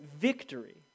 victory